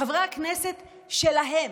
מחברי הכנסת שלהם.